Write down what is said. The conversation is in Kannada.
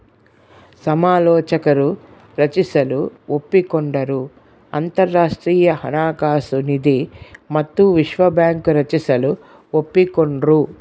ಸಮಾಲೋಚಕರು ರಚಿಸಲು ಒಪ್ಪಿಕೊಂಡರು ಅಂತರಾಷ್ಟ್ರೀಯ ಹಣಕಾಸು ನಿಧಿ ಮತ್ತು ವಿಶ್ವ ಬ್ಯಾಂಕ್ ರಚಿಸಲು ಒಪ್ಪಿಕೊಂಡ್ರು